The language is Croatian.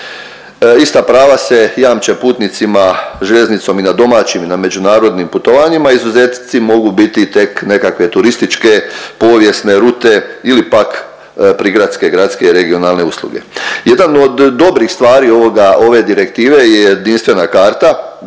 Ista prava se jamče putnicima željeznicom i na domaćim i na međunarodnim putovanjima. Izuzeti mogu biti tek nekakve turističke, povijesne rute ili pak prigradske, gradske i regionalne usluge. Jedan od dobrih stvari ovoga, ove direktive je jedinstvena karta,